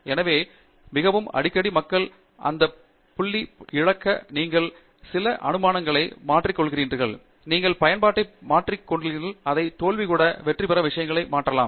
எனவே மிகவும் அடிக்கடி மக்கள் அந்த புள்ளி இழக்க நீங்கள் சில அனுமானங்களை மாற்றிக் கொள்கிறீர்கள் நீங்கள் பயன்பாட்டை மாற்றிக் கொள்கிறீர்கள் உங்கள் தோல்வி கூட வெற்றி பெற பல விஷயங்களை நீங்கள் மாற்றலாம்